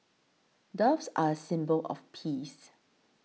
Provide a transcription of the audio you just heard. doves are a symbol of peace